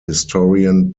historian